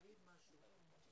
קשים.